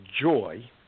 joy